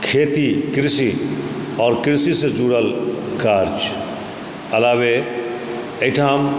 खेती कृषि और कृषिसँ ज़ुरल काज अलावे एहिठाम